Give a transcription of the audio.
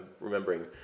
remembering